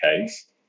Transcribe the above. case